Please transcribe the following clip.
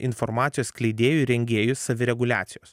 informacijos skleidėjų ir rengėjų savireguliacijos